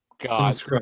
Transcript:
god